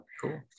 Cool